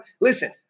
Listen